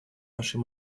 нашей